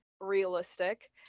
realistic